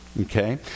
Okay